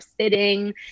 sitting